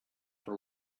for